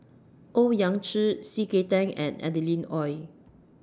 Owyang Chi C K Tang and Adeline Ooi